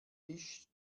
wischt